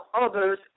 others